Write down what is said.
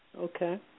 Okay